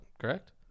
correct